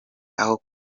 aho